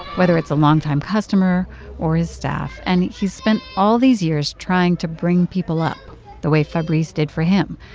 whether it's a longtime longtime customer or his staff. and he's spent all these years trying to bring people up the way fabrice did for him,